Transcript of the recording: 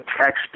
text